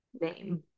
name